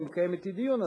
אם התקיים אתי דיון,